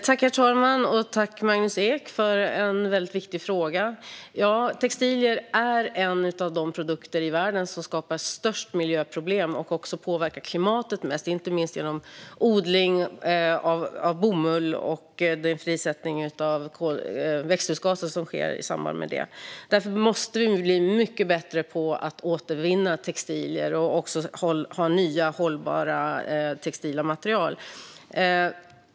Herr talman! Tack, Magnus Ek, för en viktig fråga! Textilier är en av de produkter i världen som skapar störst miljöproblem och påverkar klimatet mest, inte minst genom odling av bomull och den frisättning av växthusgaser som sker i samband med det. Därför måste vi bli mycket bättre på att återvinna textilier och ha nya hållbara textila material.